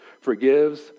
forgives